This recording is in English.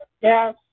Yes